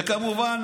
וכמובן,